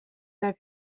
l’a